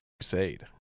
Crusade